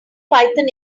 python